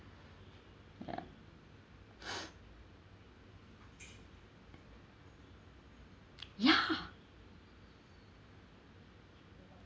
ya ya